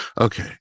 Okay